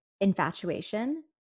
infatuation